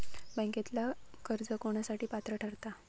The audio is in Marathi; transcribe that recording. बँकेतला कर्ज कोणासाठी पात्र ठरता?